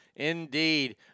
Indeed